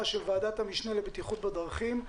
של ועדת המשנה לקידום הבטיחות בדרכים.